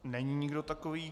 Není nikdo takový.